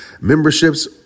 memberships